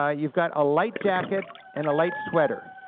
ah you've got a light jacket and a light sweater.